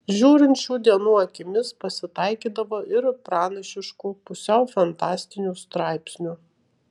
žiūrint šių dienų akimis pasitaikydavo ir pranašiškų pusiau fantastinių straipsnių